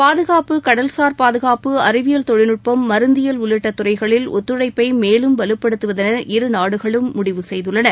பாதுகாப்பு கடல்சார்பாதுகாப்பு அறிவியல் தொழில்நுட்பம் மருந்தியல் உள்ளிட்ட துறைகளில் ஒத்துழைப்பை மேலும் வலுப்படுத்துவதென இருநாடுகளும் முடிவு செய்துள்ளன